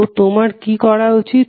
তো তোমার কি করা উচিত